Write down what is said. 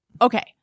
okay